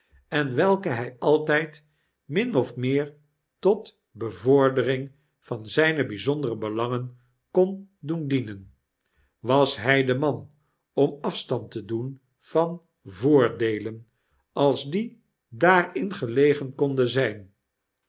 en welke hij altijd min of meer tot bevordering van zijne bijzondere belangen kon doen dienen was bij de man om afstand te doen van voordeelen als die daarin gelegen konden zijn